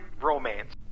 romance